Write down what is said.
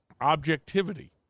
objectivity